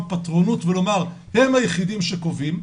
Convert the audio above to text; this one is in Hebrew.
פטרונות ולומר הם היחידים שקובעים,